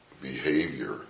behavior